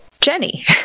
Jenny